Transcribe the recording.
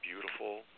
beautiful